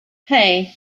hey